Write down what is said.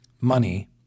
money